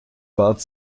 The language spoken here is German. bat